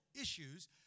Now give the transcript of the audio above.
issues